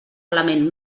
element